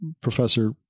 Professor